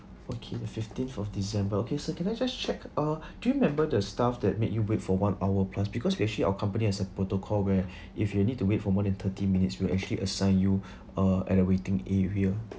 okay the fifteenth of december okay so can I just check uh do you remember the staff that made you wait for one hour plus because we actually our company has a protocol where if you need to wait for more than thirty minutes we'll actually assign you uh at a waiting area